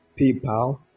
PayPal